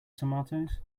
tomatoes